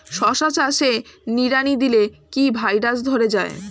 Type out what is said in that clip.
শশা চাষে নিড়ানি দিলে কি ভাইরাস ধরে যায়?